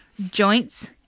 joints